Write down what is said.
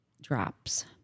drops